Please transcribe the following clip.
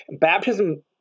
Baptism